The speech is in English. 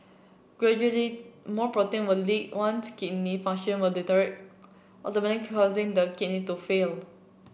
gradually more protein will leak one's kidney function will deteriorate ultimately causing the kidney to fail